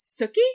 Suki